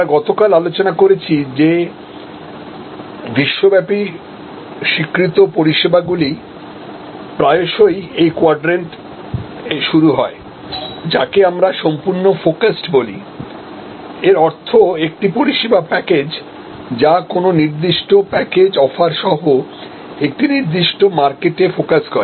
আমরা গতকাল আলোচনা করেছি যে বিশ্বব্যাপী স্বীকৃত পরিষেবাগুলি প্রায়শই এই কোয়াড্রেন্টে শুরু হয় যাকে আমরা সম্পূর্ণ ফোকাসড বলি এর অর্থ একটি পরিষেবা প্যাকেজ যা কোনও নির্দিষ্ট প্যাকেজ অফার সহ একটি নির্দিষ্ট মার্কেটে ফোকাস করে